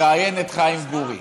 מראיין את חיים גורי